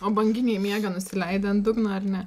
o banginiai miega nusileidę ant dugno ar ne